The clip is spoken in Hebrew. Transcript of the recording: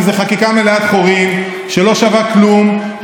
כי זו חקיקה מלאת חורים שלא שווה כלום,